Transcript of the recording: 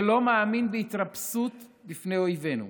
שלא מאמין בהתרפסות בפני אויבינו,